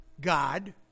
God